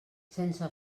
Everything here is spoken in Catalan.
sense